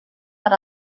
per